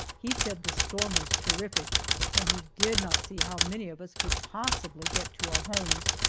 he said the storm was terrific and he did not see how many of us could possibly get to our homes.